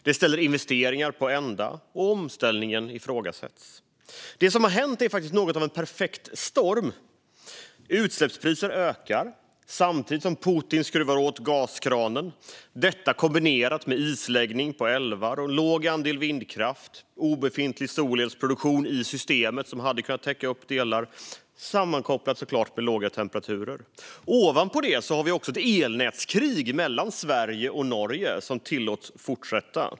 De ställer investeringar på ända och gör att omställningen ifrågasätts. Det som hänt är faktiskt något av en perfekt storm. Utsläppspriserna ökar samtidigt som Putin skruvar åt gaskranen. Till det kommer isläggning på våra älvar, låg andel vindkraft och obefintlig solelsproduktion i systemet som hade kunnat täcka upp delar, såklart sammankopplat med låga temperaturer. Ovanpå det har vi ett elnätskrig mellan Sverige och Norge som tillåts fortsätta.